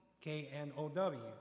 K-N-O-W